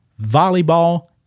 volleyball